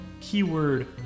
Keyword